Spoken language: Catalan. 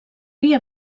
via